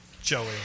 Joey